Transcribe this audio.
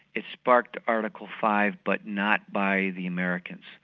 it sparked article five but not by the americans.